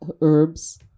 herbs